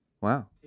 Wow